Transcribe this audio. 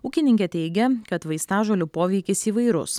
ūkininkė teigia kad vaistažolių poveikis įvairus